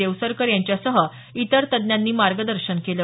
देवसरकर यांच्यासह इतर तज्ज्ञांनी मार्गदर्शन केलं